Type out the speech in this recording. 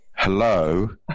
Hello